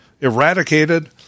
eradicated